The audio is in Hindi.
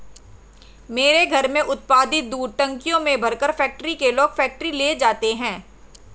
मेरे घर में उत्पादित दूध टंकियों में भरकर फैक्ट्री के लोग फैक्ट्री ले जाते हैं